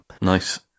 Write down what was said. Nice